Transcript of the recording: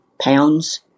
pounds